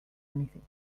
anything